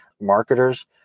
Marketers